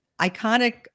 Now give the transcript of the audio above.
iconic